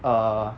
err